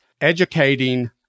educating